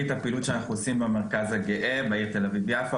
שאנחנו עושים בתא הגאה בעיריית תל אביב יפו,